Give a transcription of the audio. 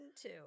two